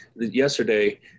yesterday